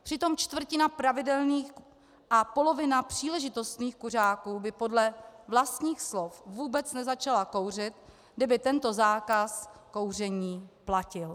Přitom čtvrtina pravidelných a polovina příležitostných kuřáků by podle vlastních slov vůbec nezačala kouřit, kdyby zákaz kouření platil.